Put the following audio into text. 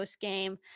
game